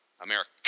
America